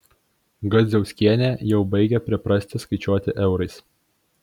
gazdziauskienė jau baigia priprasti skaičiuoti eurais